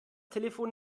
telefon